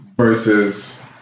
versus